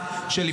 --- בסדר.